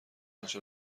آنچه